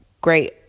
Great